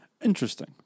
interesting